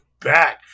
Back